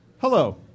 Hello